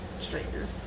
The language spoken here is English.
strangers